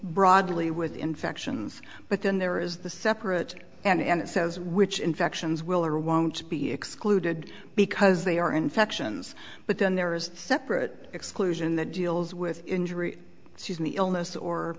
broadly with infections but then there is the separate and it says which infections will or won't be excluded because they are infections but then there is a separate exclusion that deals with injury season the illness or